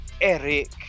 eric